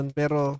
pero